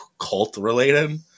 cult-related